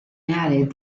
added